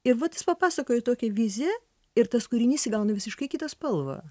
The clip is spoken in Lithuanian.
ir vat jis papasakojo tokią viziją ir tas kūrinys įgauna visiškai kitą spalvą